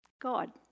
God